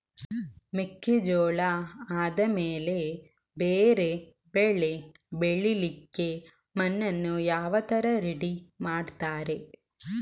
ಮೆಕ್ಕೆಜೋಳ ಆದಮೇಲೆ ಬೇರೆ ಬೆಳೆ ಬೆಳಿಲಿಕ್ಕೆ ಮಣ್ಣನ್ನು ಯಾವ ತರ ರೆಡಿ ಮಾಡ್ತಾರೆ?